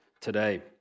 today